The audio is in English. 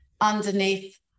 underneath